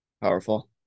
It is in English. Powerful